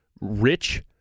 rich